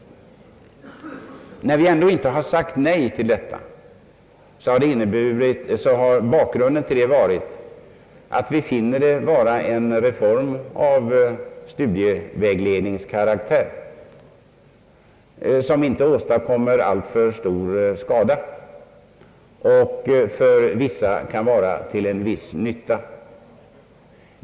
När vi ändå inte har sagt nej till reformen så är bakgrunden den, att vi finner den vara av studievägledningskaraktär, varför den inte åstadkommer alltför stor skada utan för vissa kan vara till någon nytta.